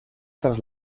tras